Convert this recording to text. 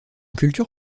culture